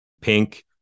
pink